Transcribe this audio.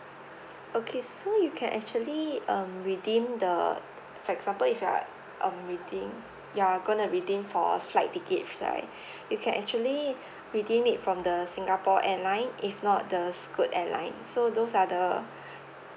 okay so you can actually um redeem the for example if you are um redeem you are going to redeem for a flight ticket right you can actually redeem it from the singapore airline if not the scoot airline so those are the